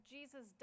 Jesus